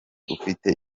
ufite